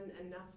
enough